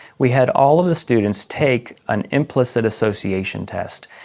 we had all of the students take an implicit association test.